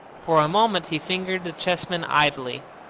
for a moment he fingered the chessmen idly.